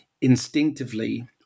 instinctively